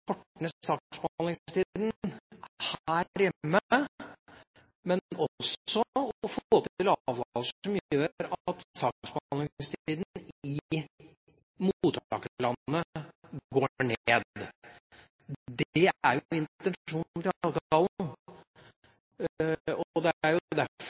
hjemme, men også å få til avtaler som gjør at saksbehandlingstida i mottakerlandet går ned. Det er jo intensjonen i avtalen. Det er derfor det